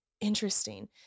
Interesting